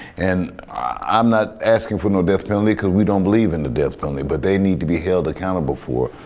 and i'm not asking for no death penalty cause we don't believe in the death penalty but they need to be held accountable for.